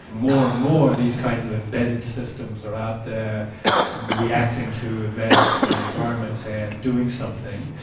more and more these kinds of embedded systems are out there reacting to events in the environment and doing something.